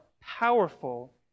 powerful